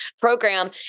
program